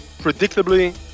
predictably